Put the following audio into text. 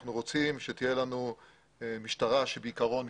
אנחנו רוצים שתהיה לנו משטרה שבעיקרון היא